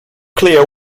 clear